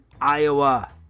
Iowa